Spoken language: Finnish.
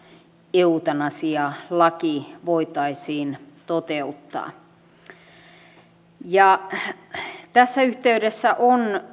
eutanasialaki voitaisiin toteuttaa tässä yhteydessä on